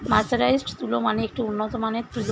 mercerised তুলো মানে একটি উন্নত মানের তুলো